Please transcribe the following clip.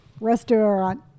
Restaurant